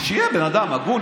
יהיה בן אדם הגון,